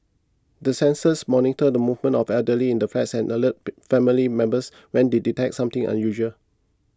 the sensors monitor the movements of elderly in the flats and alert family members when they detect something unusual